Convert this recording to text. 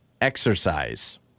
exercise